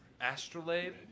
astrolabe